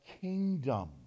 kingdom